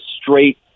straight